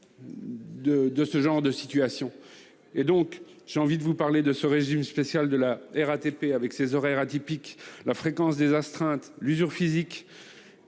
qui l'avez faite ainsi ! J'ai envie de vous parler de ce régime spécial de la RATP, avec ses horaires atypiques, la fréquence des astreintes, l'usure physique,